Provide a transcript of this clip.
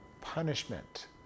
punishment